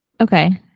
Okay